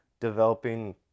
developing